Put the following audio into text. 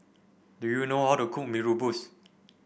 do you know how to cook Mee Rebus